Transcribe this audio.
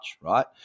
right